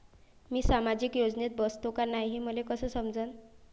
मी सामाजिक योजनेत बसतो का नाय, हे मले कस समजन?